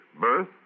birth